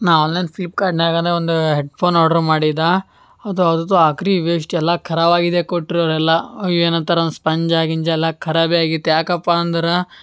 ನಾ ಆನ್ಲೈನ್ ಫ್ಲಿಫ್ಕಾರ್ಟ್ನ್ಯಾಗೇನ ಒಂದು ಹೆಡ್ಫೋನ್ ಆರ್ಡ್ರ್ ಮಾಡಿದೆ ಅದು ಅದು ಆಕ್ರಿ ವೇಶ್ಟ್ ಎಲ್ಲ ಖರಾಬ್ ಆಗಿದೆ ಕೊಟ್ಟಿರೋರೆಲ್ಲ ಏನಂತಾರ ಸ್ಪಂಜ ಗಿಂಜ ಎಲ್ಲ ಖರಾಬೇ ಆಗಿತ್ತು ಯಾಕಪ್ಪ ಅಂದ್ರೆ